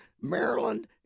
Maryland